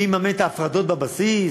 מי יממן את ההפרדות בבסיס.